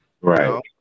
Right